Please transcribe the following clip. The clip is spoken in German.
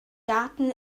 daten